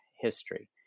history